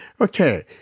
Okay